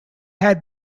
had